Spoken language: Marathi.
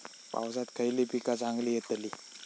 पावसात खयली पीका चांगली येतली?